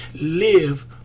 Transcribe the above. live